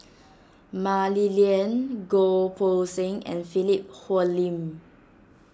Mah Li Lian Goh Poh Seng and Philip Hoalim